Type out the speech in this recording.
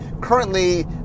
currently